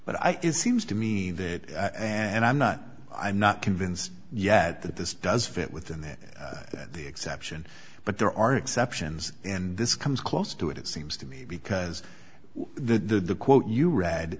think it seems to me that and i'm not i'm not convinced yet that this does fit within that the exception but there are exceptions and this comes close to it it seems to me because the quote you read